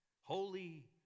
holy